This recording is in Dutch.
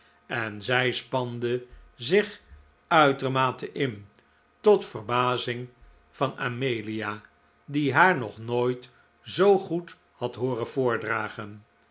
en zij spande zich uitermate in tot verbazing van amelia die haar nog nooit zoo goed had hooren voordragen